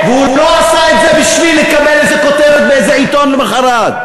והוא לא עשה את זה בשביל לקבל איזה כותרת באיזה עיתון למחרת.